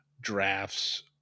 drafts